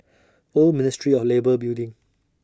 Old Ministry of Labour Building